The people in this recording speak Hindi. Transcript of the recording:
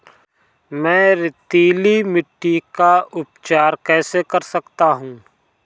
मैं रेतीली मिट्टी का उपचार कैसे कर सकता हूँ?